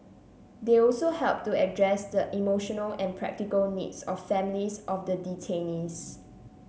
they also helped to address the emotional and practical needs of families of the detainees